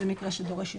זה מקרה שדורש יותר.